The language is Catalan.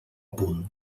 punt